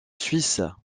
suisse